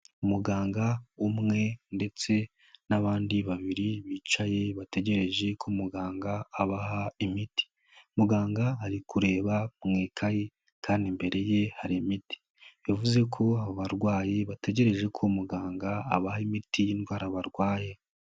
Umuganga umwe ndetse n'abandi babiri bicaye bategereje ko muganga abaha imiti. Muganga ari kureba mu ikayi, kandi imbere ye hari imiti. Bivuze ko abo barwayi bategereje ko muganga abaha imiti y'indwara barwaye.